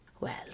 Well